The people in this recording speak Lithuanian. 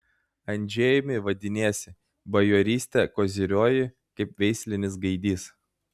andžejumi vadiniesi bajoryste koziriuoji kaip veislinis gaidys